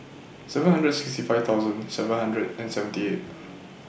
seven hundred sixty five thousand seven hundred and seventy eight